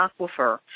Aquifer